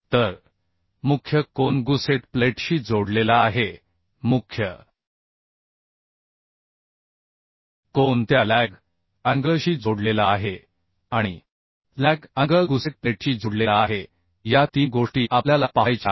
तर मुख्य कोन गुसेट प्लेटशी जोडलेला आहे मुख्य कोन त्या लॅग अँगलशी जोडलेला आहे आणि लॅग अँगल गुसेट प्लेटशी जोडलेला आहे या तीन गोष्टी आपल्याला पाहायच्या आहेत